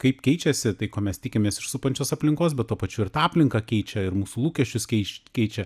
kaip keičiasi tai ko mes tikimės iš supančios aplinkos bet tuo pačiu ir tą aplinką keičia ir mūsų lūkesčius keič keičia